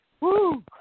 woo